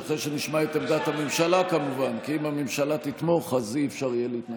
והיא תועבר להמשך דיון בוועדת הכספים